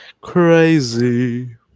Crazy